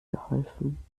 geholfen